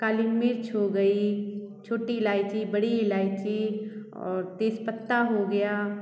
काली मिर्च हो गई छोटी इलाईची बड़ी इलाईची और तेजपत्ता हो गया